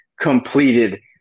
completed